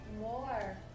More